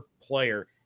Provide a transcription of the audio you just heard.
player